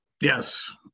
Yes